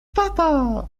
tata